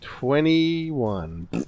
Twenty-one